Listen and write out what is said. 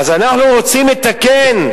אז אנחנו רוצים לתקן.